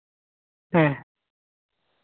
ᱦᱮᱸ